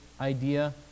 idea